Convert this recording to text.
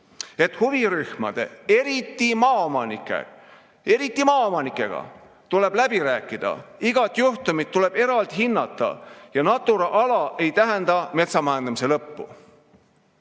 et huvirühmade, eriti maaomanikega, tuleb läbi rääkida, igat juhtumit tuleb eraldi hinnata ja Natura ala ei tähenda metsamajandamise lõppu.